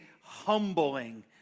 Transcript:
humbling